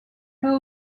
peut